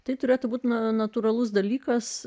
tai turėtų būti natūralus dalykas